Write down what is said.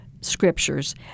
scriptures